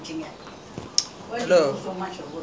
அதுதான் காலைல போனே:athuthaan kaalaila pone